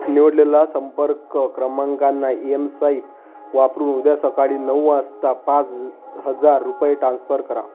निवडलेला संपर्क क्रमांकांना एमसाईप वापरून उद्या सकाळी नऊ वाजता पाच हजार रुपये टान्स्पर करा